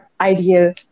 ideal